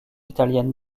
italienne